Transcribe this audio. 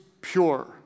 pure